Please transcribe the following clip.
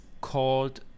called